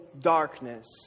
darkness